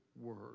word